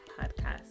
podcast